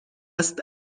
است